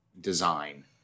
design